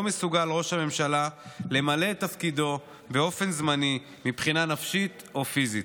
מסוגל ראש הממשלה למלא את תפקידו באופן זמני מבחינה נפשית או פיזית.